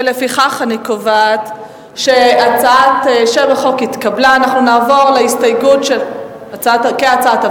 לפיכך אני קובעת ששם החוק התקבל כהצעת הוועדה.